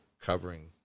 covering